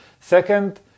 Second